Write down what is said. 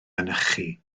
mynychu